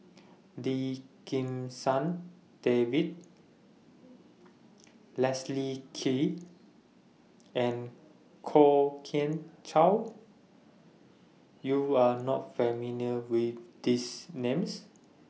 Lim Kim San David Leslie Kee and Kwok Kian Chow YOU Are not familiar with These Names